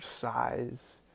size